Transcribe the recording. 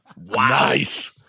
Nice